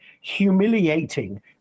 humiliating